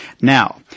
Now